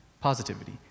positivity